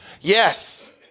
Yes